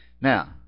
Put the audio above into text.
Now